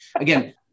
again